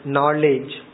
Knowledge